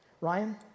Ryan